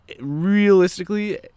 Realistically